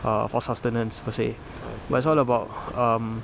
err for sustenance per se but it's all about um